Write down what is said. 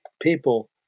people